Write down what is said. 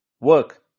Work